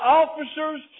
officers